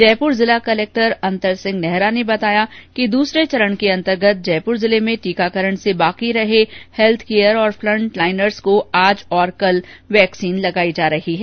जयपुर जिला कलेक्टर अंतर सिंह नेहरा ने बताया कि दूसरे चरण के अन्तर्गत जयपुर जिले में टीकाकरण से शेष रहे हैल्थकेयर और फ्रंटलाइनर्स को आज और कल वैक्सीन लगाई जाएगी जा रही है